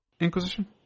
inquisition